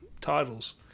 titles